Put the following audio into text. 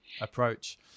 approach